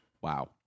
Wow